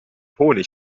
honig